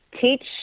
teach